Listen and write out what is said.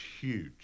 huge